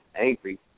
angry